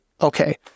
Okay